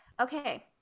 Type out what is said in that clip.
okay